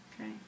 Okay